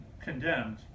condemned